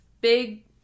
big